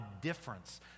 difference